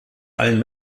allen